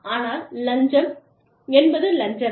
ஆனால் லஞ்சம் என்பது லஞ்சமே